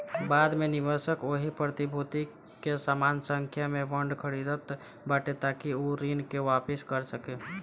बाद में निवेशक ओही प्रतिभूति के समान संख्या में बांड खरीदत बाटे ताकि उ ऋण के वापिस कर सके